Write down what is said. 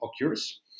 occurs